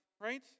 Right